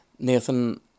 Nathan